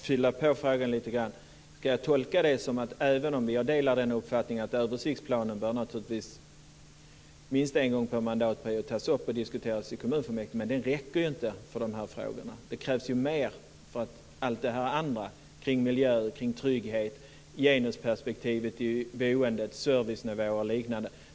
Fru talman! Jag skulle bara vilja fylla på, och fråga lite mer. Hur ska jag tolka Rigmor Stenmark? Jag delar uppfattningen att översiktsplanen naturligtvis bör tas upp minst en gång per mandatperiod och diskuteras i kommunfullmäktige. Men det räcker inte för de här frågorna! Det krävs mer för att täcka allt detta andra om miljö, trygghet, genusperspektiv i boendet, servicenivå och liknande.